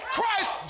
Christ